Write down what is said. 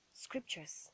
scriptures